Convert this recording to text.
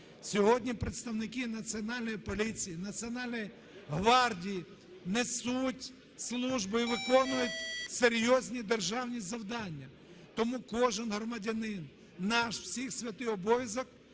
сьогодні представники Національної поліції, Національної гвардії несуть службу і виконують серйозні державні завдання. Тому кожен громадянин, наш всіх святий обов'язок